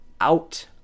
out